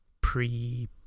pre